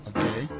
Okay